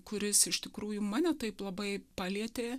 kuris iš tikrųjų mane taip labai palietė